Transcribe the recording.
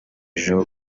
ejo